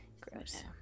gross